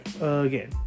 again